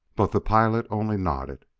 but the pilot only nodded.